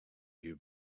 you